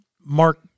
Mark